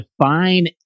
define